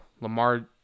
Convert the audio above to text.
lamar